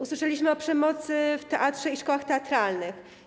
Usłyszeliśmy o przemocy w teatrze i szkołach teatralnych.